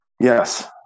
Yes